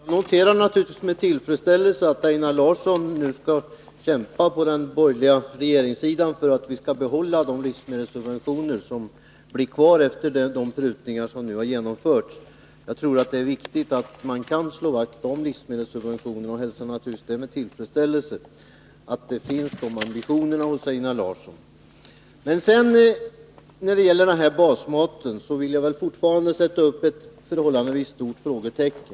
Herr talman! Jag noterar naturligtvis med tillfredsställelse att Einar Larsson hos den borgerliga regeringen skall kämpa för att vi skall få behålla de livsmedelssubventioner som blir kvar efter de prutningar som nu har genomförts. Jag tror att det är viktigt att man slår vakt om livsmedelssubventionerna och hälsar naturligtvis med tillfredsställelse att Einar Larsson har de ambitionerna. För resonemanget om basmaten vill jag fortfarande sätta ett förhållandevis stort frågetecken.